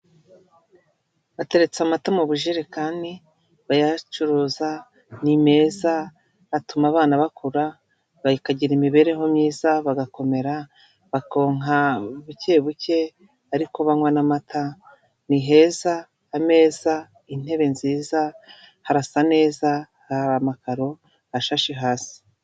Bateretse amata mu bujerekani bayacuruza ni meza atuma abana bakura bakagira imibereho myiza, bagakomera bakonka buke buke ariko banywa n'amata ni heza, ameza, intebe nziza harasa neza hari amakaro ashashe hasi.